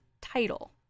title